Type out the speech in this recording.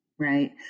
Right